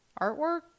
artwork